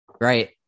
Right